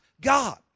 God